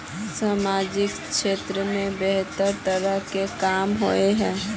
सामाजिक क्षेत्र में बेहतर तरह के काम होय है?